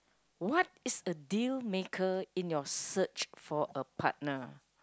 what is the deal maker in your search for a partner